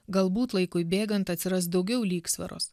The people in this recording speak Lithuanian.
galbūt laikui bėgant atsiras daugiau lygsvaros